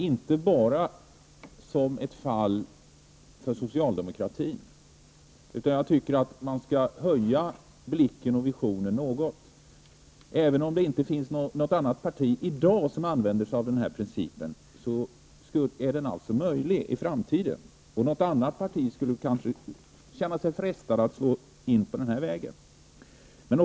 Herr talman! Jag anser inte att detta enbart är en fråga för socialdemokratin, utan jag tycker att man bör höja blicken och visionen något. Även om något annat parti i dag inte tillämpar denna princip, skulle det i framtiden kunna bli möjligt att ett annat parti känner sig frestat att slå in på den här vägen.